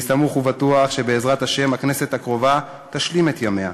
אני סמוך ובטוח שבעזרת השם הכנסת הקרובה תשלים את ימיה,